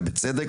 ובצדק,